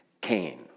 Cain